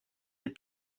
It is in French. des